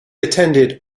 attended